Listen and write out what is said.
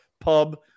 pub